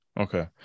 okay